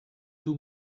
too